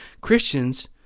christians